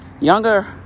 younger